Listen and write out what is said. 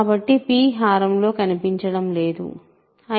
కాబట్టి p హారం లో కనిపించడం లేదు i